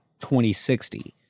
2060